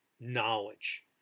knowledge